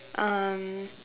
um